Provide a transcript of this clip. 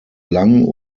lang